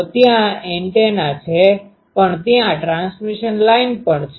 તો ત્યાં એન્ટેના છે પણ ત્યાં ટ્રાન્સમિશન લાઇન પણ છે